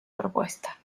propuesta